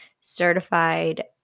certified